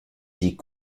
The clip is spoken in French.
dit